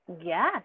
Yes